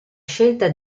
scelta